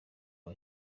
aba